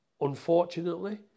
unfortunately